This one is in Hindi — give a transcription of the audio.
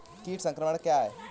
कीट संक्रमण क्या है?